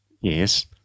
Yes